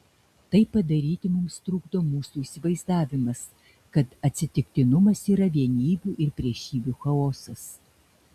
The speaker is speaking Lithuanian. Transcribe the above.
tai padaryti mums trukdo mūsų įsivaizdavimas kad atsitiktinumas yra vienybių ir priešybių chaosas